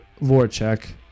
Voracek